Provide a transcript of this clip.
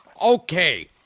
Okay